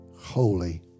holy